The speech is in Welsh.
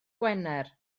gwener